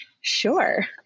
Sure